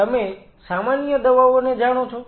તમે સામાન્ય દવાઓને જાણો છો